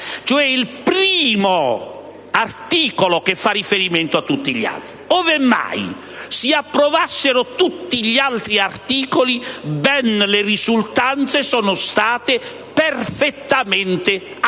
è il primo articolo che fa riferimento a tutti gli altri. Ove mai si approvassero tutti gli altri articoli, ben le risultanze saranno state perfettamente approvate.